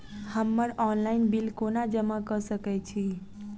हम्मर online bill कोना जमा कऽ सकय छी?